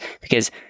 Because-